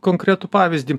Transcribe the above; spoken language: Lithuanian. konkretų pavyzdį